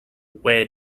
where